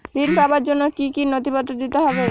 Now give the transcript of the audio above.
ঋণ পাবার জন্য কি কী নথিপত্র দিতে হবে?